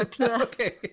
Okay